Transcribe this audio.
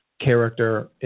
character